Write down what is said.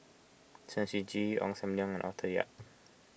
Chen Shiji Ong Sam Leong Arthur Yap